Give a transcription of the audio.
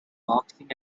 boxing